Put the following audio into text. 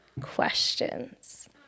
questions